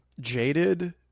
jaded